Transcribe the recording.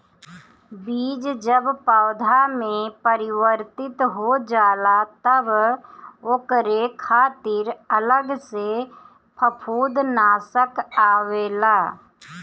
बीज जब पौधा में परिवर्तित हो जाला तब ओकरे खातिर अलग से फंफूदनाशक आवेला